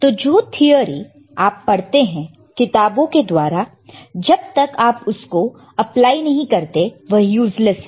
तो जो थ्योरी आप पढ़ते हैं किताबों के द्वारा जब तक आप उसको अप्लाई नहीं करते वह यूज़लेस है